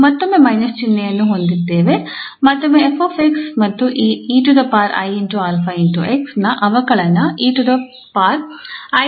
ನಾವು ಮತ್ತೊಮ್ಮೆ ಮೈನಸ್ ಚಿಹ್ನೆಯನ್ನು ಹೊಂದಿದ್ದೇವೆ ಮತ್ತೊಮ್ಮೆ 𝑓𝑥 ಮತ್ತು ಈ 𝑒𝑖𝛼𝑥 ನ ಅವಕಲನ 𝑒𝑖𝛼𝑥𝑖𝛼 ಆಗಿದೆ